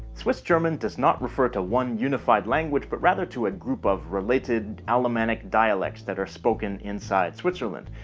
swiss german does not refer to one unified language but rather to a group of related alemannic dialects that are spoken inside switzerland.